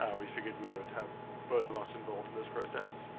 um we figured we would have both of us involved in this process.